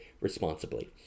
responsibly